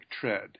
tread